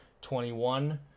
twenty-one